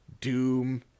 Doom